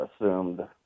assumed